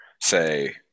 say